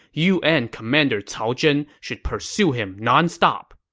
you and command cao zhen should pursue him nonstop.